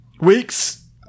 weeks